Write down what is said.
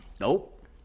Nope